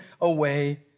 away